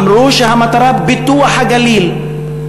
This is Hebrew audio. אמרו שהמטרה היא פיתוח הגליל,